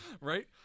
right